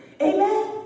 Amen